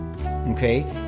okay